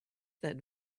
that